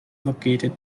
located